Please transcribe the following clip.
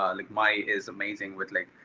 ah like mari is amazing with like,